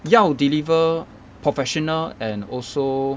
要 deliver professional and also